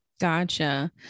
Gotcha